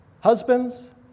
Husbands